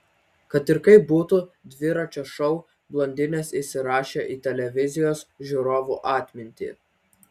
kad ir kaip būtų dviračio šou blondinės įsirašė į televizijos žiūrovų atmintį